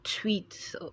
tweet